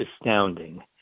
astounding